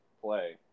play